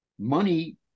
Money